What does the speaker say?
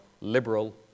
liberal